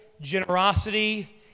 generosity